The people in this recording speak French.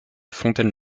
fontaine